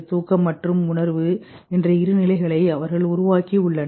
தூக்கம் மற்றும் உணர்வு என்ற இரு நிலைகளை அவர்கள் உருவாக்கி உள்ளனர்